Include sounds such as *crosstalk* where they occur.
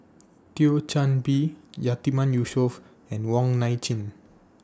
*noise* Thio Chan Bee Yatiman Yusof and Wong Nai Chin